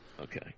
Okay